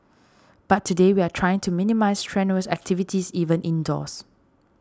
but today we are trying to minimise strenuous activities even indoors